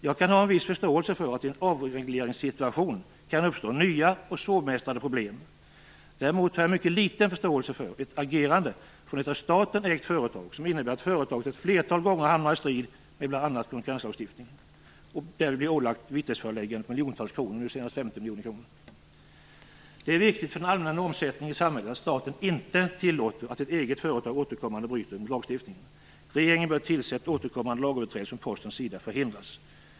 Jag kan ha en viss förståelse för att det i en avregleringssituation kan uppstå nya och svårbemästrade problem. Däremot har jag mycket liten förståelse för ett agerande från ett av staten ägt företag som innebär att företaget ett flertal gånger hamnar i strid med bl.a. konkurrenslagstiftningen och därvid blir ålagt vitesföreläggande på miljontals kronor, nu senast 50 miljoner kronor. Det är viktigt för den allmänna normsättningen i samhället att staten inte tillåter att ett eget företag återkommande bryter mot lagstiftningen. Regeringen bör tillse att återkommande lagöverträdelser från Postens sida förhindras.